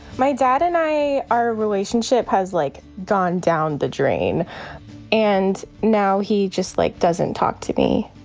my dad and i, our relationship has like gone down the drain and now he just like doesn't talk to me.